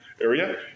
area